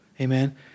Amen